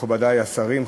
מכובדי השרים,